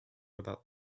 about